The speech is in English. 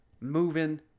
moving